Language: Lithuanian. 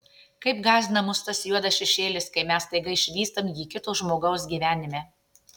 kaip gąsdina mus tas juodas šešėlis kai mes staiga išvystam jį kito žmogaus gyvenime